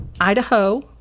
Idaho